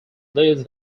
leads